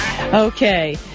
Okay